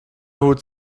hut